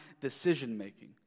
decision-making